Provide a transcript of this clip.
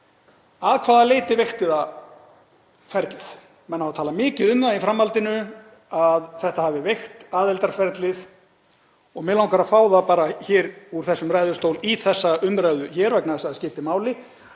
Að hvaða leyti veikti það ferlið? Menn hafa talað mikið um það í framhaldinu að þetta hafi veikt aðildarferlið. Mig langar að fá það bara úr þessum ræðustól í þessa umræðu hér vegna þess að það skiptir máli,